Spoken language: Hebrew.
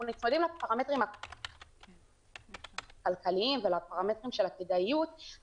נפרדים מן הפרמטרים הכלכליים והפרמטרים של הכדאיות,